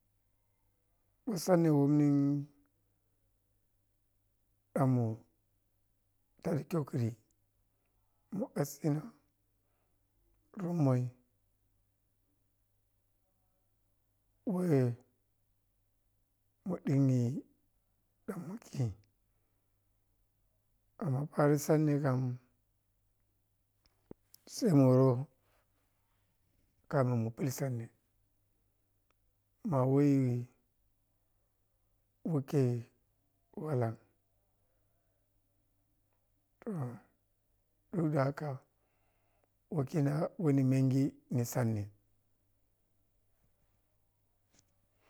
Masanne wonni ahmo taɗi kyukuri mu asina runmoi weh mu ɗinmi ɗonmo khe amma paroh sani kham sai ma yoh kamin mu pel sanni ma wehyi mukhe wala toh duk da haka wukhina muno menghi ni sanni.